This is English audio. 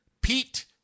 Pete